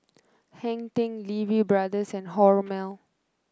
Hang Ten Lee Wee Brothers and Hormel